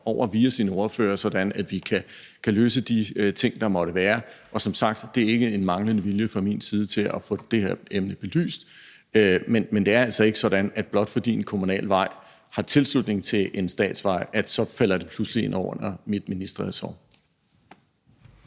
op via ens ordfører, sådan at vi kan løse de ting, der måtte være. Og som sagt er det ikke en manglende vilje fra min side til at få det her emne belyst. Men det er altså ikke sådan, at blot fordi en kommunal vej har tilslutning til en statsvej, falder det pludselig ind under mit ministerressort.